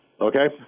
Okay